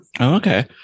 okay